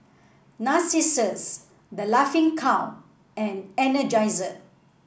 Narcissus The Laughing Cow and Energizer